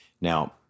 Now